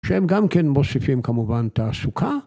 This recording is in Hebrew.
שהם גם כן מוסיפים כמובן תעסוקה.